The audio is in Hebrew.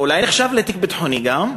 אולי נחשב לתיק ביטחוני גם?